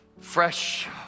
fresh